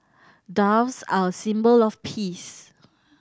doves are a symbol of peace